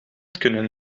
kunnen